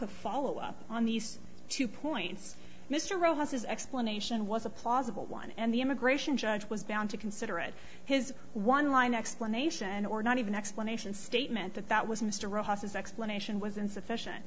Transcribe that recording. of follow up on these two points mr rowhouses explanation was a plausible one and the immigration judge was bound to consider it his one line explanation or not even explanation statement that that was mr rojas his explanation was insufficient